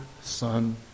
Son